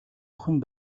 ахуйн